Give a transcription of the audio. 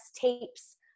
tapes